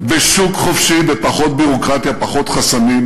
בשוק חופשי, בפחות ביורוקרטיה, פחות חסמים.